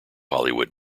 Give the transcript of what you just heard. hollywood